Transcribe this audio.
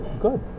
good